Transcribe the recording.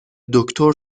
دکتر